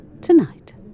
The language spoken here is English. Tonight